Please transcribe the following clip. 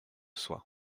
soit